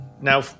Now